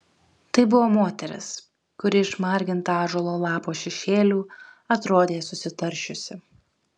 tai buvo moteris kuri išmarginta ąžuolo lapo šešėlių atrodė susitaršiusi